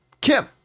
Kim